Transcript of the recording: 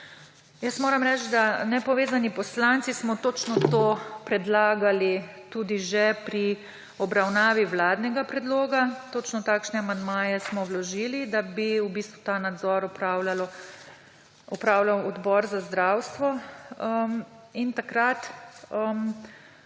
moram reči, da nepovezani poslanci smo točno to predlagali tudi že pri obravnavi vladnega predloga. Točno takšne amandmaje smo vložili, da bi v bistvu ta nadzor opravljal Odbor za zdravstvo.